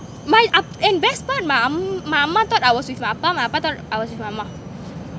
my ah and best part my ah mah thought I was with ah pa and my ah pa thought I was with ah ma